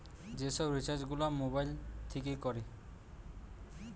যে সব রিচার্জ গুলা মোবাইল থিকে কোরে